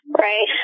Right